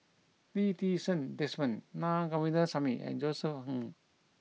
Lee Ti Seng Desmond Naa Govindasamy and Josef Ng